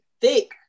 thick